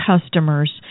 customers